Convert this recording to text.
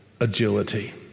agility